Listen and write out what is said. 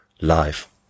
life